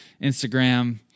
Instagram